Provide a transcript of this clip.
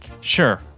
sure